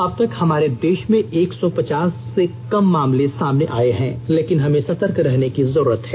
अब तक हमारे देष में एक सौ पचास से कम मामले सामने आए हैं लेकिन हमे सतर्क रहने की जरूरत है